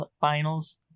finals